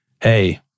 hey